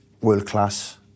world-class